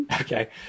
Okay